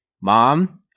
mom